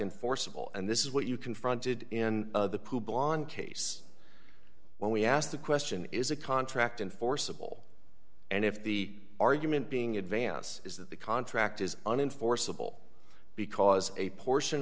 enforceable and this is what you confronted in the blonde case when we asked the question is a contract and forcible and if the argument being advance is that the contract is an in forcible because a portion